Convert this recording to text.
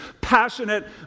passionate